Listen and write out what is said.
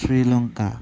Sri Lanka